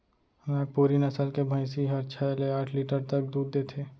नागपुरी नसल के भईंसी हर छै ले आठ लीटर तक दूद देथे